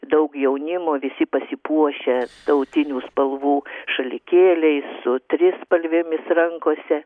daug jaunimo visi pasipuošę tautinių spalvų šalikėliais su trispalvėmis rankose